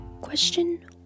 Question